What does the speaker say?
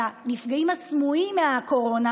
על הנפגעים הסמויים מהקורונה,